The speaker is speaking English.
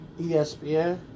ESPN